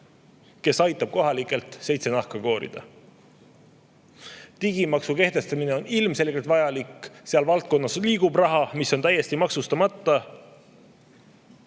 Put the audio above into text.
kes aitab kohalikelt seitse nahka koorida. Digimaksu kehtestamine on ilmselgelt vajalik. Selles valdkonnas liigub raha, mis on täiesti maksustamata.